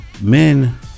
men